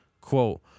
Quote